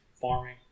farming